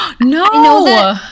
No